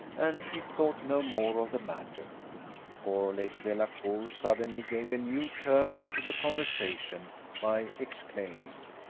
and she thought no more of the matter for lady delacour suddenly gave a new turn to the conversation by exclaiming,